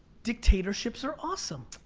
dictatorships are awesome.